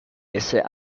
esse